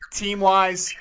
team-wise